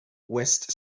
west